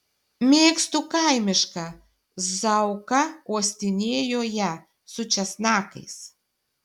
mėgstu kaimišką zauka uostinėjo ją su česnakais